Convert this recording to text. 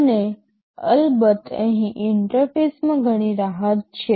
અને અલબત્ત અહીં ઇન્ટરફેસમાં ઘણી રાહત છે